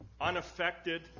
unaffected